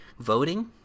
voting